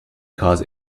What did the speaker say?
cause